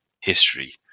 history